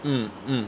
mm mm